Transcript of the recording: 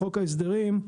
בחוק ההסדרים,